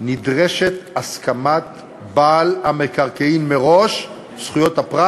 נדרשת הסכמת בעל המקרקעין מראש, זכויות הפרט